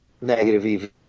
negative